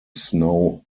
snow